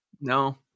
No